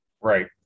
Right